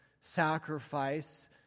sacrifice